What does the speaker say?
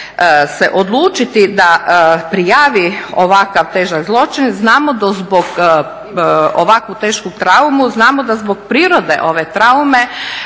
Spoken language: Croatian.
se odlučiti da prijavi ovakav težak zločin, ovakvu tešku traumu znamo da zbog prirode ove traume